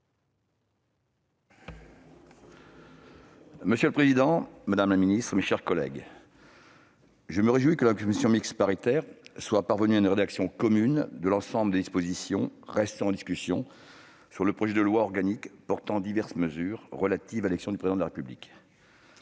Monsieur le président, madame la ministre, mes chers collègues, je me réjouis que la commission mixte paritaire soit parvenue à une rédaction commune de l'ensemble des dispositions restant en discussion du projet de loi organique portant diverses mesures relatives à l'élection du Président de la République.